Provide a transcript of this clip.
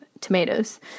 tomatoes